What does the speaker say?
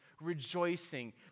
rejoicing